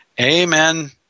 amen